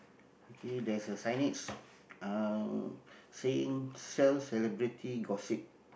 okay there's a signage uh saying sell celebrity gossip